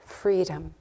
freedom